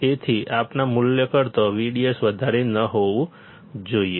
તેથી આપણા મૂલ્ય કરતાં VDS વધારે ન હોવું જોઈએ